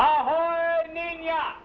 oh yeah